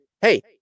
hey